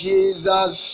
Jesus